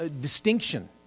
distinction